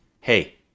hey